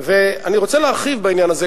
אני רוצה להרחיב בעניין הזה,